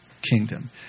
kingdom